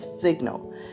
signal